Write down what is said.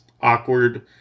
awkward